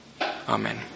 Amen